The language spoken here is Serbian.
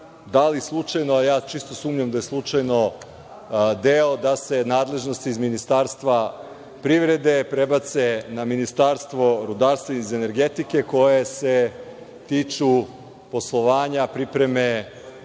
da li slučajno, a ja čisto sumnjam da je slučajno, deo da se nadležnosti iz Ministarstva privrede prebace na Ministarstvo rudarstva i energetike, koja se tiču poslovanja, pripreme